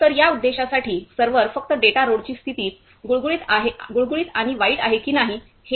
तर या उद्देशासाठी सर्व्हर फक्त डेटा रोडची स्थिती गुळगुळीत आणि वाईट आहे की नाही हे आहे